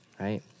right